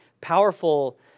powerful